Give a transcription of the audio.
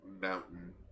mountain